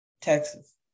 Texas